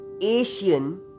Asian